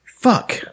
Fuck